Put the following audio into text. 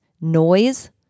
noise